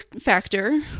factor